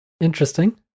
Interesting